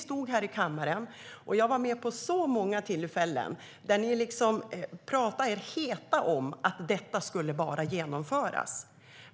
Vid så många tillfällen i kammaren talade ni hett om att det måste genomföras.